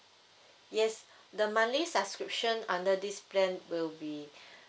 yes the monthly subscription under this plan will be